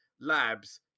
labs